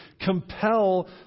compel